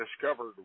discovered